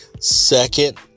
second